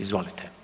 Izvolite.